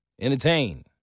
Entertain